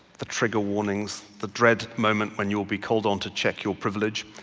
the trigger warnings, the dread moment when you'll be called on to check your privilege,